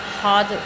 hard